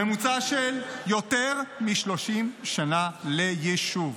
ממוצע של יותר מ-30 שנה ליישוב.